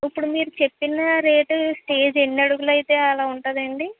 ఇప్పుడు మీరు చెప్పిన రేటు స్టేజ్ ఎన్ని అడుగులు అయితే అలా ఉంటుంది అండి